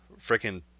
freaking